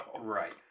Right